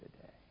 today